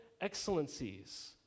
excellencies